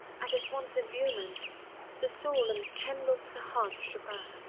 and at once illumined the soul and kindled the heart of chopin.